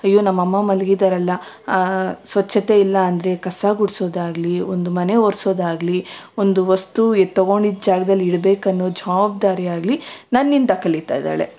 ಅಯ್ಯೋ ನಮ್ಮ ಅಮ್ಮ ಮಲಗಿದ್ದಾರಲ್ಲ ಸ್ವಚ್ಛತೆ ಇಲ್ಲ ಅಂದರೆ ಕಸ ಗುಡಿಸೋದಾಗ್ಲಿ ಒಂದು ಮನೆ ಒರೆಸೋದಾಗ್ಲಿ ಒಂದು ವಸ್ತು ತಗೊಂಡಿದ್ದ ಜಾಗ್ದಲ್ಲಿ ಇಡಬೇಕನ್ನೋ ಜವಾಬ್ದಾರಿಯಾಗಲಿ ನನ್ನಿಂದ ಕಲಿತಾ ಇದ್ದಾಳೆ